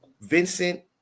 Vincent